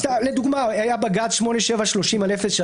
לדוגמה, היה בג"ץ 8730/03